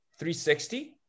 360